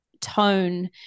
tone